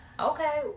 Okay